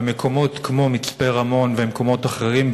במקומות כמו מצפה-רמון ואחרים,